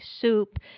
soup